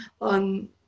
on